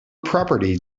property